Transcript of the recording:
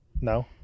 No